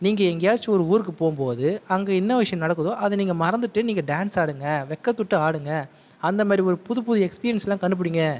நீங்கள் எங்கேயாச்சும் ஒரு ஊருக்கு போகும் போது அங்கே என்ன விஷயம் நடக்குதோ அதை நீங்கள் மறந்துட்டு நீங்கள் டேன்ஸ் ஆடுங்கள் வெக்கத்துவிட்டு ஆடுங்க அந்தமாரி ஒரு புதுப்புது எக்ஸ்பீரியென்ஸ்லாம் கண்டுபிடிங்க